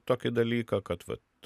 tokį dalyką kad vat